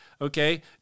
okay